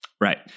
right